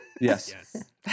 Yes